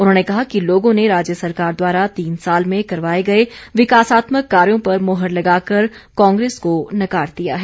उन्होंने कहा कि लोगों ने राज्य सरकार द्वारा तीन साल में करवाए गए विकासात्मक कार्यों पर मोहर लगाकर कांग्रेस को नकार दिया है